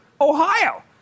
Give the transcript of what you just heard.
Ohio